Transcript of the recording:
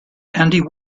andy